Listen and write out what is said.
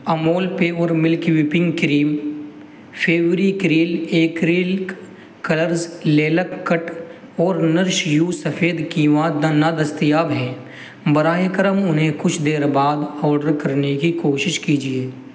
Amul pure milk whipping cream Fevicryl acrylic colours lilac kit اور نرش یو سفید کینوا نادستیاب ہیں براہ کرم انہیں کچھ دیر بعد آڈر کرنے کی کوشش کیجیے